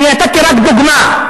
אני נתתי רק דוגמה.